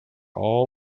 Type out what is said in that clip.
all